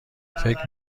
فکر